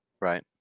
Right